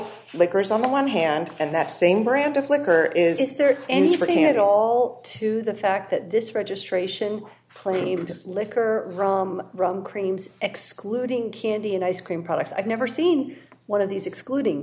liquors on the one hand and that same brand of liquor is there anybody at all to the fact that this registration claim to liquor rum rum creams excluding candy and ice cream products i've never seen one of these excluding